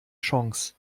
chance